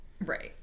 Right